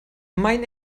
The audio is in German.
mein